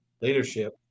leadership